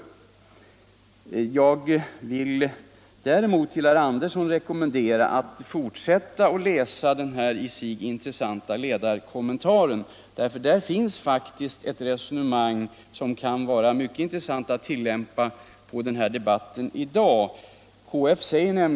Däremot vill jag rekommendera herr Andersson att fortsätta att läsa den här i sig intressanta ledarkommentaren. Där finns faktiskt ett resonemang som kan vara värdefullt att tillämpa på debatten i dag.